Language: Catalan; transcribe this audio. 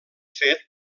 fet